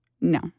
No